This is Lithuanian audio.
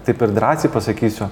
taip ir drąsiai pasakysiu